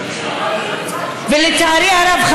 ולצערי הרב,